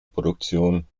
produktion